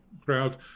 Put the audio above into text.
crowd